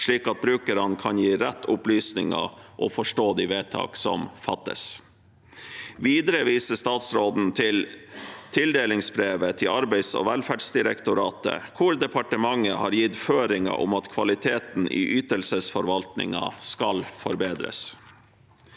slik at brukerne kan gi rett opplysninger og forstå de vedtakene som fattes. Videre viser statsråden til tildelingsbrevet til Arbeids- og velferdsdirektoratet, hvor departementet har gitt føringer om at kvaliteten i ytelsesforvaltningen skal forbedres.